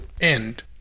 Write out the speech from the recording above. end